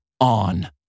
on